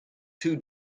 two